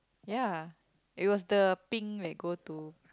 ya it was the pink like go to